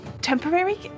temporary